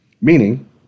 Meaning